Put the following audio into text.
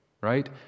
right